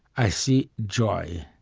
i see joy.